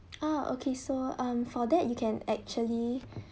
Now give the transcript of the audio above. oh okay so um for that you can actually